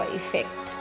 effect